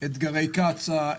אתגרי קצא"א,